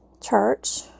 Church